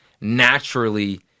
naturally